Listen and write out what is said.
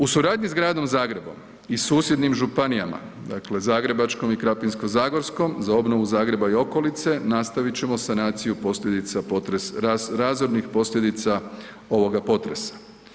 U suradnji s Gradom Zagrebom i susjednim županijama, dakle Zagrebačkom i Krapinsko-zagorskom, za obnovu Zagreba i okolice nastavit ćemo sanaciju posljedica potresa, razornih posljedica ovoga potresa.